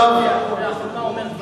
לאחרונה הוא אומר דברים,